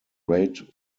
great